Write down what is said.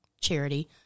charity